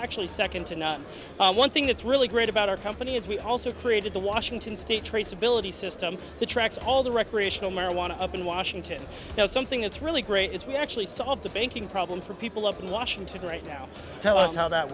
actually second to none and one thing that's really great about our company is we also created the washington state traceability system the tracks all the recreational marijuana up in washington now something that's really great is we actually solve the banking problems for people up in washington right now tell us how that